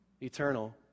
Eternal